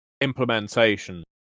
implementation